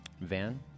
van